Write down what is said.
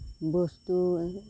বস্তু